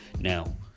Now